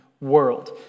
world